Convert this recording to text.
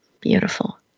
Beautiful